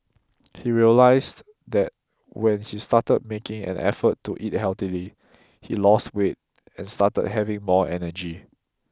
he realised that when he started making an effort to eat healthily he lost weight and started having more energy